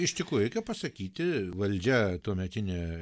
iš tikrųjų reikia pasakyti valdžia tuometinė